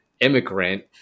immigrant